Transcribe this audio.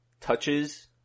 touches